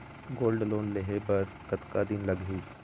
Gold loan लेहे बर कतका दिन लगही?